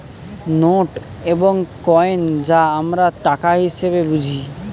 note এবং coin যা আমরা টাকা হিসেবে বুঝি